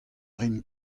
rin